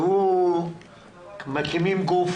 מקימים גוף